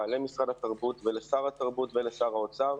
למשרד התרבות ולשר התרבות ולשר האוצר,